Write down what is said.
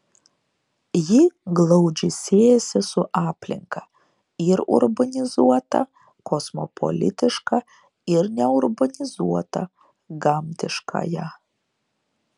ji glaudžiai siejasi su aplinka ir urbanizuota kosmopolitiška ir neurbanizuota gamtiškąja